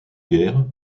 guerres